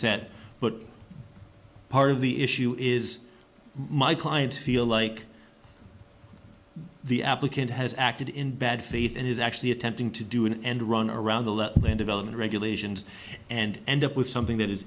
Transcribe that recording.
set but part of the issue is my clients feel like the applicant has acted in bad faith and is actually attempting to do an end run around the development regulations and end up with something that i